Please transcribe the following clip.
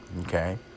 okay